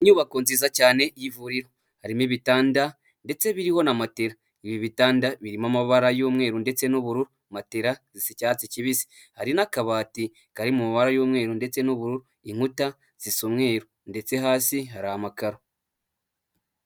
Inyubako nziza cyane y'ivuriro harimo ibitanda ndetse biriho na matera, ibi bitanda birimo amabara y'umweru ndetse n'ubururu, matera isa icyatsi kibisi hari n'akabati kari mu mabara y'umweru ndetse n'ubururu, inkuta zisa umweru ndetse hasi hari amakararo.